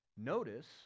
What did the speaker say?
Notice